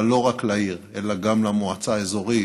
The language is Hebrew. אבל לא רק לעיר אלא גם למועצה האזורית